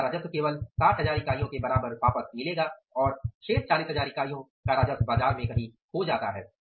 आपका राजस्व केवल 60000 इकाइयों के बराबर वापस आयेगा और शेष 40000 इकाइयों का राजस्व बाजार में कहीं खो जाता है